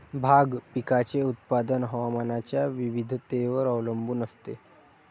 भाग पिकाचे उत्पादन हवामानाच्या विविधतेवर अवलंबून असते